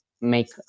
make